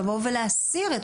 לבוא ולהסיר את